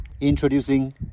Introducing